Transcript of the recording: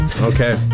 Okay